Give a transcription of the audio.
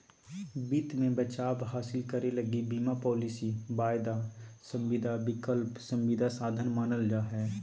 वित्त मे बचाव हासिल करे लगी बीमा पालिसी, वायदा संविदा, विकल्प संविदा साधन मानल जा हय